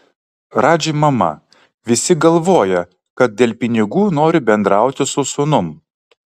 radži mama visi galvoja kad dėl pinigų noriu bendrauti su sūnum